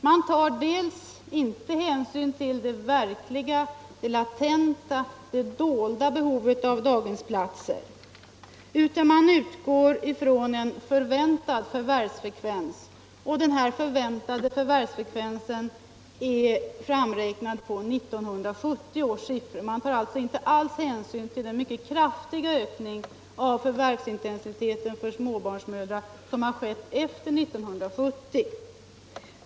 Man tar i planen inte hänsyn till det verkliga, latenta och dolda behovet av daghemsplatser, utan man utgår från en förväntad förvärvsfrekvens. Denna förväntade förvärvsfrekvens är framräknad på 1970 års siffror. Man tar alltså inte hänsyn till den mycket kraftiga ökningen av den förvärvsintensitet för småbarnsmödrar som skett efter 1970.